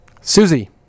Susie